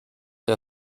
der